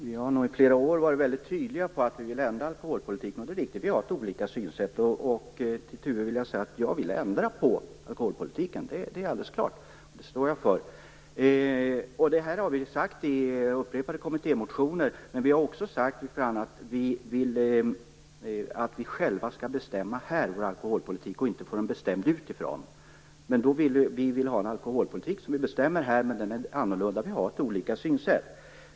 Fru talman! Vi har i flera år varit väldigt tydliga i fråga om att vi vill ändra alkoholpolitiken. Och det är riktigt: Vi har olika synsätt. Till Tuve Skånberg vill jag säga: Jag vill ändra på alkoholpolitiken. Det är alldeles klart, och det står jag för. Det här har vi sagt i upprepade kommittémotioner. Men vi har också sagt att vi vill att Sverige självt skall kunna bestämma sin egen alkoholpolitik och inte få den bestämd utifrån. Vi vill ha en alkoholpolitik som vi bestämmer här men som är annorlunda - vi har olika synsätt.